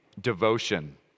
devotion